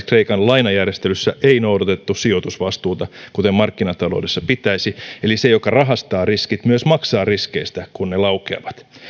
kreikan lainajärjestelyssä kaksituhattakymmenen ei noudatettu sijoitusvastuuta kuten markkinataloudessa pitäisi eli se joka rahastaa riskit myös maksaa riskeistä kun ne laukeavat